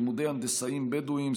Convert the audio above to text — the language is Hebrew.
לימודי הנדסאים בדואים,